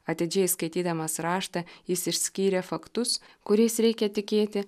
atidžiai skaitydamas raštą jis išskyrė faktus kuriais reikia tikėti